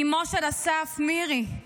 אמו של אסף, מירי,